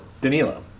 Danilo